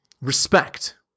respect